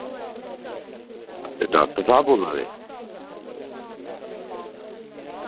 तुस डॉक्टर साह्ब बोला दे